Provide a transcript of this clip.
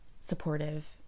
supportive